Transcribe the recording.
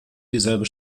dieselbe